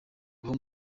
ibahe